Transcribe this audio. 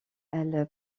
elle